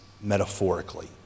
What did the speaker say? metaphorically